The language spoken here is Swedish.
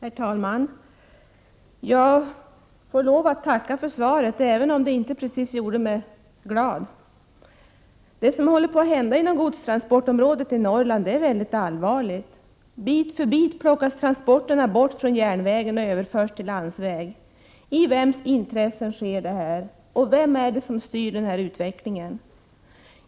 Herr talman! Jag får lov att tacka för svaret, även om det inte precis gjorde mig glad. Det som håller på att hända inom godstransportområdet i Norrland är mycket allvarligt. Bit för bit överförs transporterna från järnväg till landsväg. I vems intresse sker det, och vem är det som styr utvecklingen?